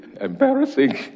embarrassing